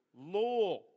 law